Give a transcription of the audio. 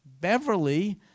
Beverly